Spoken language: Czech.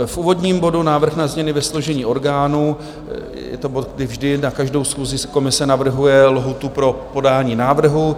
V úvodním bodu Návrh na změny ve složení orgánů je to bod, kdy vždy na každou schůzi komise navrhuje lhůtu pro podání návrhu.